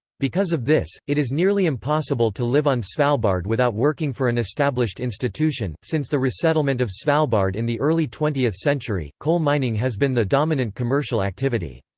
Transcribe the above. because of this, it is nearly impossible to live on svalbard without working for an established institution since the resettlement of svalbard in the early twentieth century, coal mining has been the dominant commercial activity.